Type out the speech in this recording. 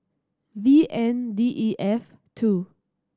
V N D E F two